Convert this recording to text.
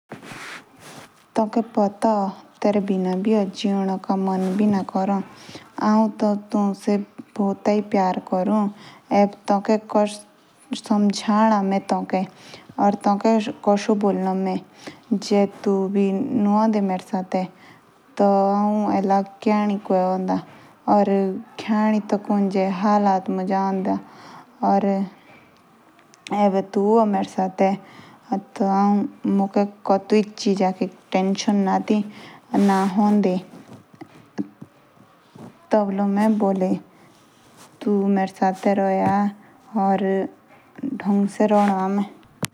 पाटा ले लो। तेरे बिना मेरे जीने का मन बी ना करी। औ तौ से बहुत ही प्यार करु। मुझे काशा समझाओ। या काशो बोल्नो ले लो। जे तू बी ना एंडी मेरे साथ। त आउ एका खैदी कुके होंदा। ख़ियादि त कुंजे हालात मुज होंदे।